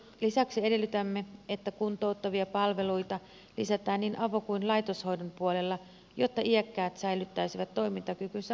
lisäksi edellytämme että kuntouttavia palveluita lisätään niin avo kuin laitoshoidon puolella jotta iäkkäät säilyttäisivät toimintakykynsä mahdollisimman pitkään